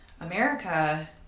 America